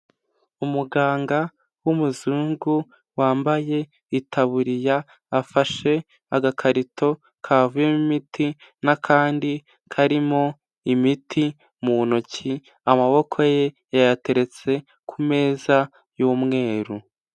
Umuganga w'umuzungu, wambaye itaburiya, afashe agakarito kavuyemo imiti, n'akandi karimo imiti mu ntoki, amaboko ye yayateretse ku meza y'umweru.